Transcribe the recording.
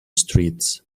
streets